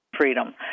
freedom